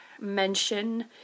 mention